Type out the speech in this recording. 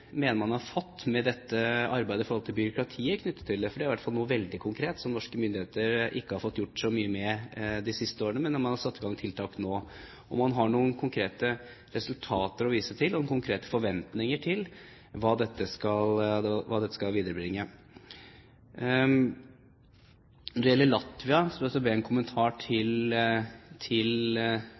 mener at man har fått av dette arbeidet i forhold til byråkratiet, for det er i hvert fall noe veldig konkret som norske myndigheter ikke har fått gjort så mye med de siste årene, men man har satt i gang tiltak nå. Har man noen konkrete resultater å vise til, noen konkrete forventninger til hva dette skal viderebringe? Når det gjelder Latvia, vil jeg be om en kommentar til